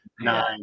nine